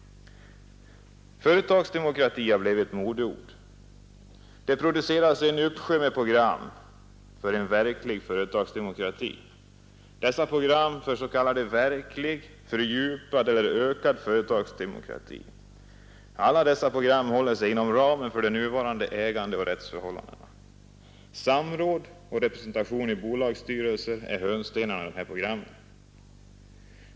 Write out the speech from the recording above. Företagsdemokrati har blivit ett modeord. Det produceras en uppsjö med program för en ”verklig företagsdemokrati”. Alla dessa program för s.k. verklig, fördjupad eller ökad företagsdemokrati håller sig inom ramen för nuvarande ägandeoch rättsförhållanden. Samråd och representanter i bolagsstyrelsen är hörnstenarna i dessa program.